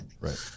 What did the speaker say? right